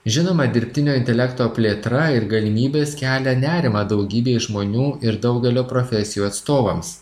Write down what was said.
žinoma dirbtinio intelekto plėtra ir galimybės kelia nerimą daugybei žmonių ir daugelio profesijų atstovams